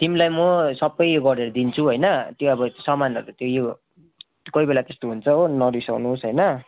तिमीलाई म सबै गरेर दिन्छु होइन त्यो अब सामानहरू त्यही यो कोही बेला त्यस्तो हुन्छ हो नरिसाउनु होस होइन